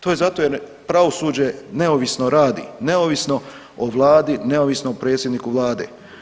To je zato jer pravosuđe neovisno radi, neovisno o vladi, neovisno o predsjedniku vlade.